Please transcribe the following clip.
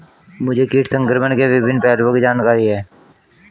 मुझे कीट संक्रमण के विभिन्न पहलुओं की जानकारी है